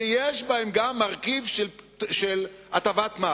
שיש בהם גם מרכיב של הטבת מס